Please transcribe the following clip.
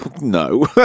No